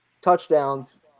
touchdowns